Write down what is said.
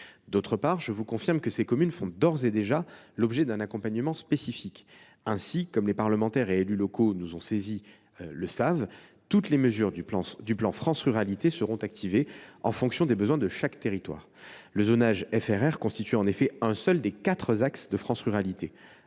D’autre part, je vous confirme que ces communes font d’ores et déjà l’objet d’un accompagnement spécifique. Ainsi, comme les parlementaires et élus locaux qui m’ont saisi le savent, toutes les mesures du plan France Ruralités seront activées en fonction des besoins de chaque territoire. Le zonage FRR constitue en effet un seul des quatre axes de France Ruralités.